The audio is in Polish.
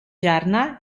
ziarna